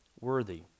worthy